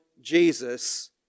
Jesus